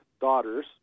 daughters